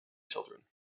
children